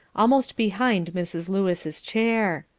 almost behind mrs. lewis' chair.